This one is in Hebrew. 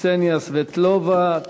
קסניה סבטלובה.